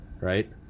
right